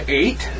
eight